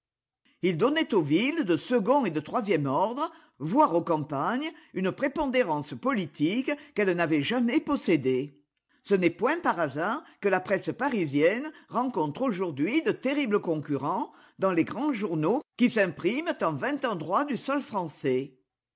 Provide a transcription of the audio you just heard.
il donnait aux villes de second et de troisième ordre voire aux campagnes une prépondérance politique qu'elles n'avaient jamais possédée ce n'est point par hasard que la presse parisienne rencontre aujourd'hui de terribles concurrents dans les grands journaux qui s'impriment en vingt endroits du sol français